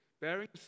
bearing